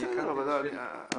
שצמוד לאוזן שלי ישדר חלש יותר.